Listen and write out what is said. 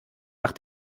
nach